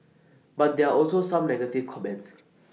but there also some negative comments